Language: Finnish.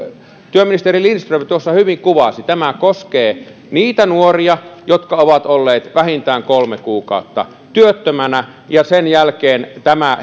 työministeri lindström tuossa hyvin kuvasi tämä koskee niitä nuoria jotka ovat olleet vähintään kolme kuukautta työttömänä ja sen jälkeen tämä